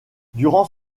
durant